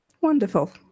wonderful